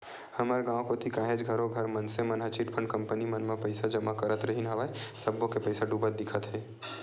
हमर गाँव कोती काहेच घरों घर मनसे मन ह चिटफंड कंपनी मन म पइसा जमा करत रिहिन हवय सब्बो के पइसा डूबत दिखत हे